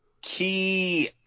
key